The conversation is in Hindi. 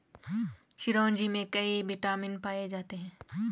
चिरोंजी में कई विटामिन पाए जाते हैं